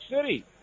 City